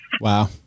Wow